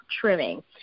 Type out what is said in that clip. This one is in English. trimming